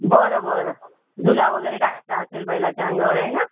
बरं बरं झुला वगैरे टाकला असेल बैलाच्या अंगावर आहे ना